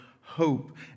hope